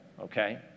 okay